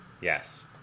Yes